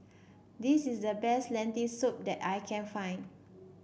this is the best Lentil Soup that I can find